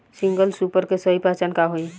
Single super के सही पहचान का हई?